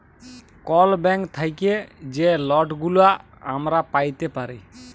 call bank থ্যাইকে যে লটগুলা আমরা প্যাইতে পারি